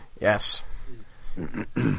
Yes